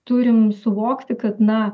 turim suvokti kad na